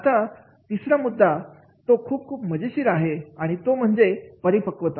आता तिसरा मुद्दा तो खूप खूप मजेशीर आहे तो म्हणजे परिपक्वता